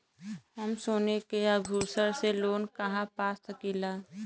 हम सोने के आभूषण से लोन कहा पा सकीला?